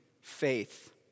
faith